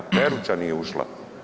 Peruča nije ušla.